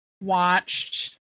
watched